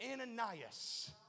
Ananias